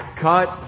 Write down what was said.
cut